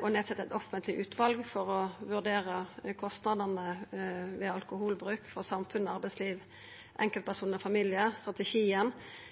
å setja ned eit offentleg utval for å vurdera kostnadene ved alkoholbruk for samfunn, arbeidsliv, enkeltpersonar og